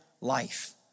life